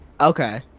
Okay